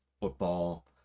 football